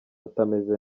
atameze